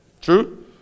True